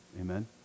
Amen